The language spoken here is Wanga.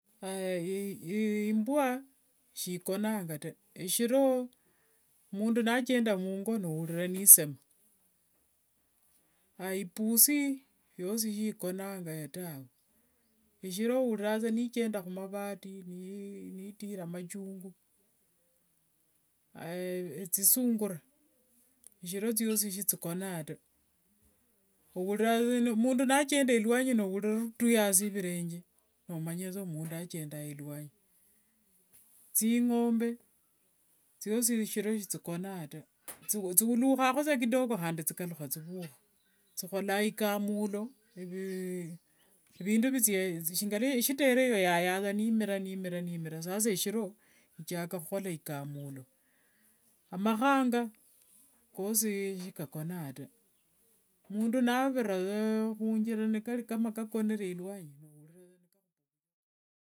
imbwa shikonanga taa shiro mundu nakenda mungo nourira saa nisema. Aya ipusi yoshi shikonanga khava tawe, mushiro ouriranga saa nochenda khumavadi nitira machungu. Aya thisungura, shiro thiosi shithikonanga taa, ouriranga saa mundu nachenda rwanyi nourira nirutuya adi virenge, nomanya saa mbu mundu achendanga. Thingombe thioshi shiro shithikonanga taa, thiulukhangakho saa kidogo khandi thikalukha thivukha, thikholanga igamulo shitere thianyanga nithimira nithimira, sasa eshiro echaka khukhola igamulo. Amakhanga koshi shikakonanga taa, mundu navere khunjira nikari kama kakonere aluanyi.